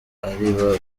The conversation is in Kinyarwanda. ariba